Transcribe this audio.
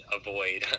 avoid